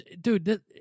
Dude